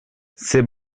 c’est